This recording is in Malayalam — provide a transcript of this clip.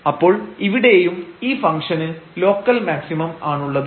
അപ്പോൾ ഇവിടെയും ഈ ഫംഗ്ഷന് ലോക്കൽ മാക്സിമം ആണുള്ളത്